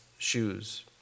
shoes